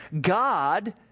God